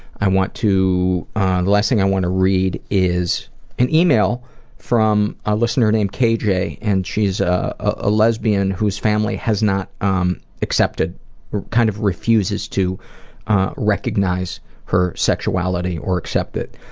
i want to the last thing i want to read is an email from a listener named kj and she's a lesbian whose family has not um accepted kind of refuses to recognize her sexuality or accept it.